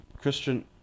christian